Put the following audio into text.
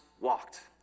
walked